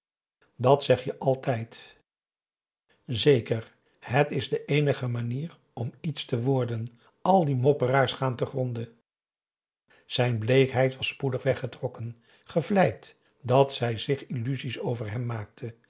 dat zeg je altijd zeker het is de eenige manier om iets te worden al die mopperaars gaan te gronde zijn bleekheid was spoedig weggetrokken gevleid dat zij zich illusies over hem maakte